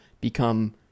become